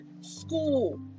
school